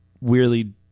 weirdly